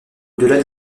delà